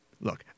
Look